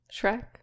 Shrek